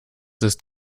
ist